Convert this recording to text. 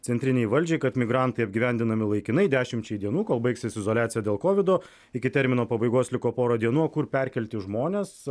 centrinei valdžiai kad migrantai apgyvendinami laikinai dešimčiai dienų kol baigsis izoliacija dėl kovido iki termino pabaigos liko porą dienų o kur perkelti žmones